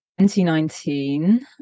2019